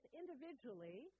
individually